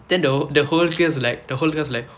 then the who~ the whole class was like the whole class like